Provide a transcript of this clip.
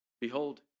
Behold